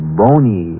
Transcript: bony